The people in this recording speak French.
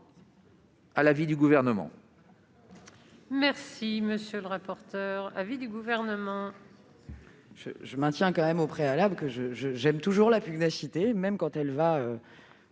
l'avis du Gouvernement